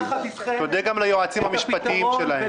תודה גם ליועצים המשפטיים שלהם.